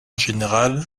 général